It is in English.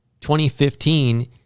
2015